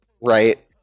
right